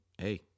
Hey